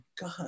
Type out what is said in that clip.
God